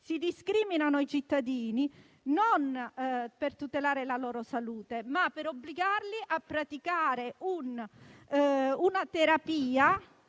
Si discriminano i cittadini non per tutelare la loro salute, ma per obbligarli a praticare una terapia